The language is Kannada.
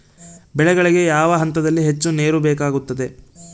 ಬೆಳೆಗಳಿಗೆ ಯಾವ ಹಂತದಲ್ಲಿ ಹೆಚ್ಚು ನೇರು ಬೇಕಾಗುತ್ತದೆ?